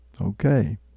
Okay